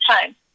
time